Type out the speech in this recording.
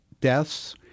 deaths